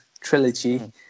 trilogy